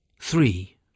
Three